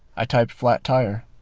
i type flat tire.